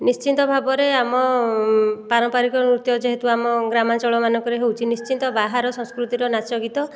ନିଶ୍ଚିନ୍ତ ଭାବରେ ଆମ ପାରମ୍ପାରିକ ନୃତ୍ୟ ଯେହେତୁ ଆମ ଗ୍ରାମାଞ୍ଚଳମାନଙ୍କରେ ହେଉଛି ନିଶ୍ଚିନ୍ତ ବାହାର ସଂସ୍କୃତିର ନାଚଗୀତ